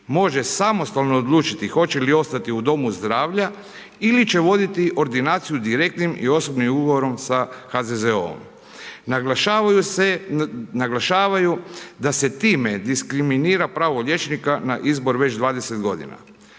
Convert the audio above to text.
može samostalno odlučiti hoće li ostati u domu zdravlja ili će voditi ordinaciju direktnim i osobnim ugovorom sa HZZO-om. Naglašavaju da se time diskriminira pravo liječnika na izbor već 20 godina.